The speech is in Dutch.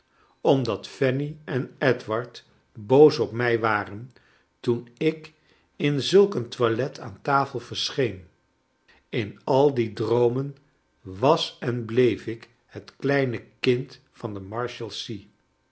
omdat fanny en edward boos op mij waren toen ik in zulk een toilet aan tafel verscheen in al die droomen was en bleef ik het kleine kind van de marshalsea